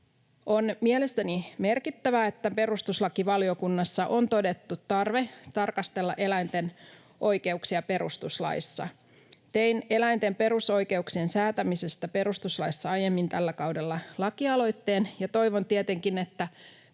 On mielestäni merkittävää, että perustuslakivaliokunnassa on todettu tarve tarkastella eläinten oikeuksia perustuslaissa. Tein eläinten perusoikeuksien säätämisestä perustuslaissa aiemmin tällä kaudella lakialoitteen, ja toivon tietenkin, että